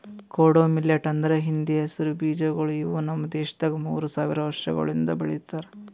ಕೊಡೋ ಮಿಲ್ಲೆಟ್ ಅಂದುರ್ ಹಿಂದಿ ಹೆಸರು ಬೀಜಗೊಳ್ ಇವು ನಮ್ ದೇಶದಾಗ್ ಮೂರು ಸಾವಿರ ವರ್ಷಗೊಳಿಂದ್ ಬೆಳಿಲಿತ್ತಾರ್